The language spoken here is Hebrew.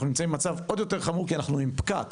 אנחנו נמצאים במצב עוד יותר חמור כי אנחנו עם פקק.